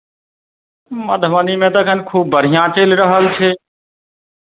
मधुबनीमे तऽ एखन खूब बढ़िआँ चलि रहल छै